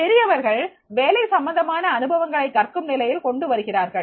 பெரியவர்கள் வேலை சம்பந்தமான அனுபவங்களை கற்கும் நிலைமையில் கொண்டு வருகிறார்கள்